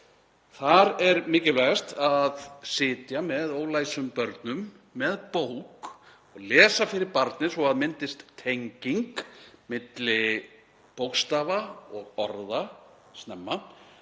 Þar er mikilvægast að sitja með ólæstum börnum með bók og lesa fyrir barnið svo það myndist tenging milli bókstafa og orða snemma